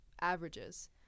averages